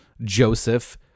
Joseph